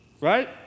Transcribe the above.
right